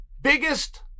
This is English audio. biggest